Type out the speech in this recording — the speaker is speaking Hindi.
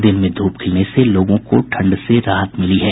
दिन में धूप खिलने से लोगों को ठंड से राहत मिली है